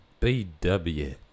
BW